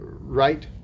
right